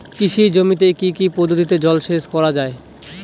কৃষি জমিতে কি কি পদ্ধতিতে জলসেচ করা য়ায়?